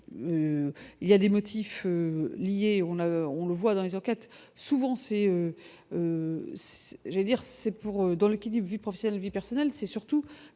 il y a des motifs liés. On a, on le voit dans les enquêtes, souvent c'est j'ai dire c'est pour dans le clip, vie professionnelle, vie personnelle, c'est surtout